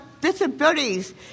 disabilities